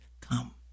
come